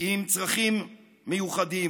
עם צרכים מיוחדים.